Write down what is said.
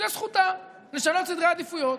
זו זכותה לשנות סדרי עדיפויות,